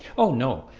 oh, no